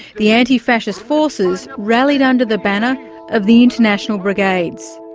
the anti-fascist forces rallied under the banner of the international brigades.